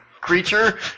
creature